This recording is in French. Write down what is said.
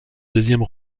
deuxième